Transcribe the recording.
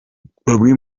bamwe